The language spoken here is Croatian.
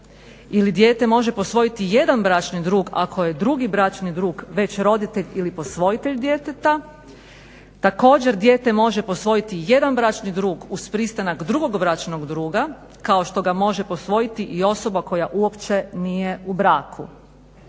ili dijete može posvojiti jedan bračni drug ako je drugi bračni drug već roditelj ili posvojitelj djeteta. Također dijete može posvojiti jedan bračni drug uz pristanak drugog bračnog druga kao što ga može posvojiti i osoba koja uopće nije u braku